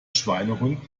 schweinehund